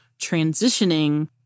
transitioning